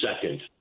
second